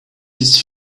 his